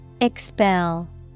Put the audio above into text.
Expel